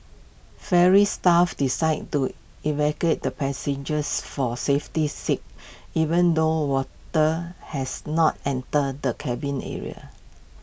ferry staff decided to evacuate the passengers for safety's sake even though water has not entered the cabin area